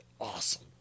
awesome